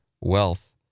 Wealth